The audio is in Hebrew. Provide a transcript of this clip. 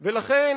ולכן,